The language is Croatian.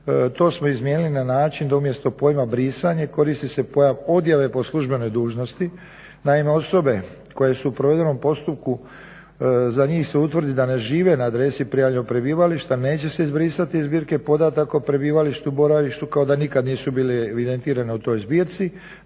to smo izmijenili na način da umjesto pojma "brisanje" koristi se pojam odjave po službenoj dužnosti. Naime, osobe koje su u provedenom postupku za njih se utvrdi da ne žive na adresi prijavljenog prebivališta neće se izbrisati iz zbirke podataka o prebivalištu i boravištu kao da nikad nisu bile evidentirane u toj zbirci,